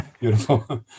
beautiful